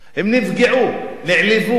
הם נפגעו, נעלבו.